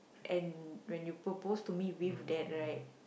and when you propose to me with that right